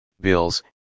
bills